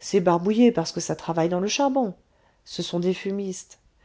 c'est barbouillé parce que ça travaille dans le charbon ce sont des fumistes